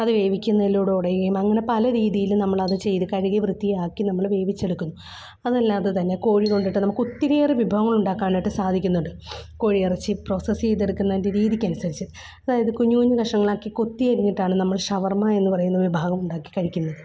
അത് വേവിക്കുന്നതിലൂടെ ഉടയുകയും അങ്ങനെ പലരീതിയിലും നമ്മൾ അത് ചെയ്ത് കഴുകി വൃത്തിയാക്കി നമ്മൾ വേവിച്ചെടുക്കും അതല്ലാതെ തന്നെ കോഴി കൊണ്ടിട്ട് നമുക്ക് ഒത്തിരിയേറെ വിഭവങ്ങള് ഉണ്ടാക്കാനായിട്ട് സാധിക്കുന്നുണ്ട് കോഴിയിറച്ചി പ്രൊസസ്സ് ചെയ്തെടുക്കുന്നതിന്റെ രീതിക്കനുസരിച്ച് അതായത് കുഞ്ഞുകുഞ്ഞു കഷണങ്ങളാക്കി കൊത്തിയരിഞ്ഞിട്ടാണ് നമ്മൾ ഷവര്മ്മ എന്നു പറയുന്ന വിഭാഗം ഉണ്ടാക്കി കഴിക്കുന്നത്